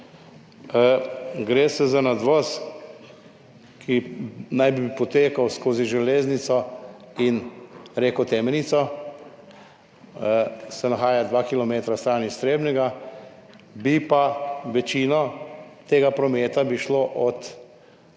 Gre za nadvoz, ki naj bi potekal nad železnico in reko Temenico, nahaja se dva kilometra stran iz Trebnjega. Večino tega prometa bi šlo od